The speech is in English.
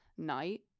night